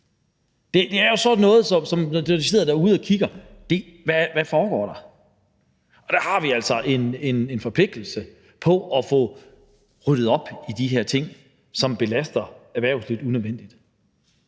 Det er jo sådan noget, hvor de, når de sidder derude og kigger på det, kan sige: Hvad foregår der? Der har vi altså en forpligtelse til at få ryddet op i de her ting, som belaster erhvervslivet unødvendigt,